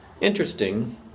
interesting